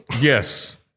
Yes